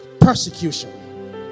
Persecution